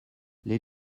les